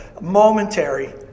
momentary